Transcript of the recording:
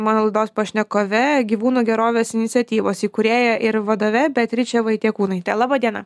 mano laidos pašnekove gyvūnų gerovės iniciatyvos įkūrėja ir vadove beatriče vaitiekūnaite laba diena